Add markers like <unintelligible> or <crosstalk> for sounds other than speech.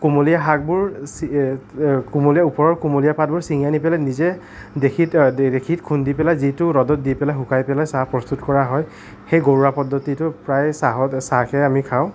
কোমলীয়া আগবোৰ <unintelligible> কোমলীয়া ওপৰৰ কোমলীয়া আগবোৰ চিঙি আনি পেলাই নিজে ঢেঁকীত ঢেঁকীত খুন্দি পেলাই যিটো ৰ'দত শুকাই পেলাই চাহ প্ৰস্তুত কৰা হয় সেই ঘৰুৱা পদ্ধতিটো প্ৰায় চাহত চাহে আমি খাওঁ